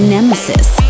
Nemesis